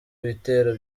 ibitero